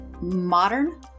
Modern